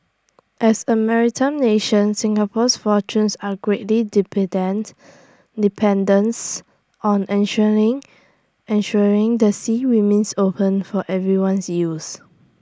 as A maritime nation Singapore's fortunes are greatly dependent dependence on ensuring the sea remains open for everyone's use